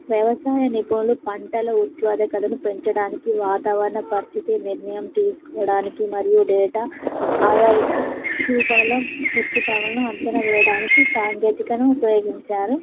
వ్యవసాయ నిపుణులు పంటలు ఉత్వాధకతను పెంచడానికి వాతావరణ పరిస్థితి నిర్ణయం తీసుకోవడానికి మరియు డేటా ఆదారిత రూపంలో హెచ్చుతగువలను అంచనా వేయడానికి సాంకేతికను ఉపయోగించారు